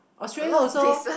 Australia also